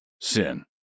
sin